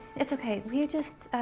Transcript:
it's okay. will you just,